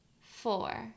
four